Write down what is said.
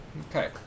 Okay